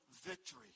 victory